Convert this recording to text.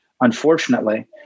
unfortunately